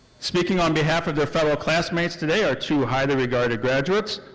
speaking on behalf of their fellow classmates today are two highly regarded graduates,